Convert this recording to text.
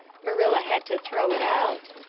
marilla had to throw it out.